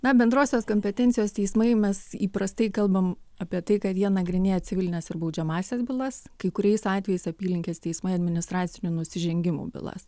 na bendrosios kompetencijos teismai mes įprastai kalbam apie tai kad jie nagrinėja civilines ir baudžiamąsias bylas kai kuriais atvejais apylinkės teismai administracinių nusižengimų bylas